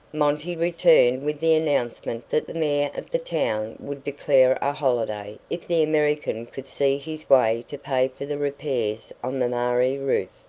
monty returned with the announcement that the mayor of the town would declare a holiday if the american could see his way to pay for the repairs on the mairie roof.